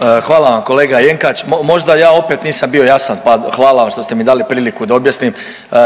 Hvala vam kolega Jenkač. Možda ja opet nisam bio jasan pa hvala vam što ste mi dali priliku da objasnim.